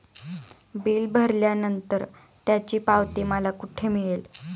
Bill भरल्यानंतर त्याची पावती मला कुठे मिळेल?